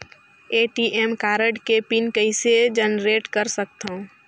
ATM card के PIN कइसे generate कर सकथव?